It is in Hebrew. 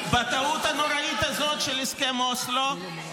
עם מי שרוצה את מה ששלי?